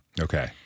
Okay